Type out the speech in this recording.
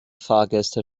fahrgäste